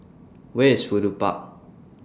Where IS Fudu Park